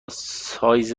سایز